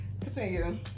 Continue